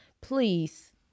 please